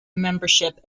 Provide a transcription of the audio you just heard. membership